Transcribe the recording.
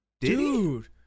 Dude